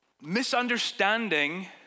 misunderstanding